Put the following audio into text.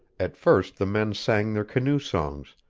at first the men sang their canoe songs,